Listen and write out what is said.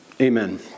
amen